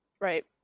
Right